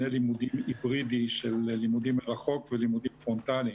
לימודים היברידי של לימודים מרחוק ולימודים פרונטליים.